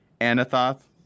Anathoth